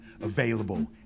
Available